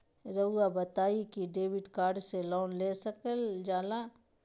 रहुआ बताइं कि डेबिट कार्ड से लोन ले सकल जाला?